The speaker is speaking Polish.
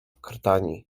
krtani